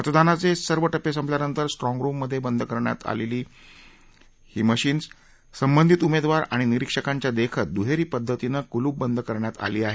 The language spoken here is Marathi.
मतदानाचं सर्व टप्पे संपल्यानंतर स्ट्राँगरुममध्ये बंद करण्यात आली असून संबंधित उमेदवार आणि निरीक्षकांच्या देखत दुहेरी पद्धतीनं कुलुपबंद करण्यात आली आहेत